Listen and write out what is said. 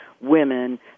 women